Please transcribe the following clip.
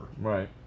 Right